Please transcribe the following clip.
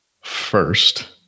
First